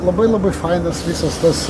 labai labai fainas visas tas